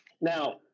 Now